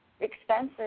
expenses